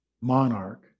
monarch